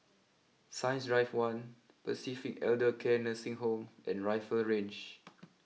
Science Drive one Pacific Elder care Nursing Home and Rifle Range